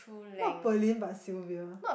not Pearlyn but Sylvia